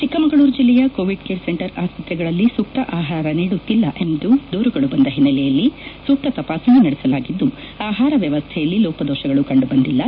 ಚಿಕ್ಕಮಗಳೂರು ಜಿಲ್ಲೆಯ covid care centre ಆಸ್ವತ್ರೆಗಳಲ್ಲಿ ಸೂಕ್ತ ಆಹಾರ ನೀಡುತ್ತಿಲ್ಲ ಎಂಬ ದೂರುಗಳು ಬಂದ ಹಿನ್ನೆಲೆಯಲ್ಲಿ ಸೂಕ್ತ ತಪಾಸಣೆ ನಡೆಸಲಾಗಿದ್ದು ಆಹಾರ ವ್ಯವಸ್ಥೆಯಲ್ಲಿ ಲೋಪದೋಷಗಳು ಕಂಡುಬಂದಿಲ್ಲ